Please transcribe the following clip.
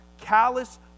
callous